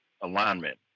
alignment